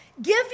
Give